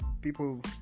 people